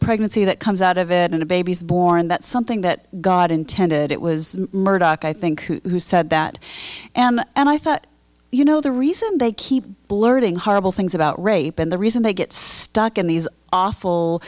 pregnancy that comes out of it and a baby is born that something that god intended it was murdock i think who said that and i thought you know the reason they keep blurting horrible things about rape in the reason they get stuck in these awful